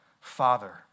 Father